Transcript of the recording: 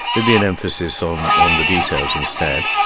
there'd be an emphasis on on the details, instead.